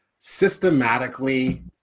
systematically